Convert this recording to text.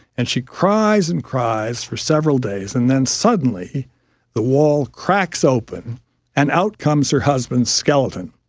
and she cries and cries for several days, and then suddenly the wall cracks open and out comes her husband's skeleton,